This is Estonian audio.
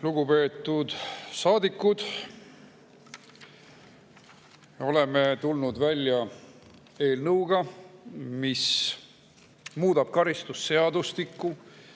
Lugupeetud saadikud! Oleme tulnud välja eelnõuga, mis muudab karistusseadustikku